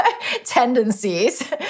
tendencies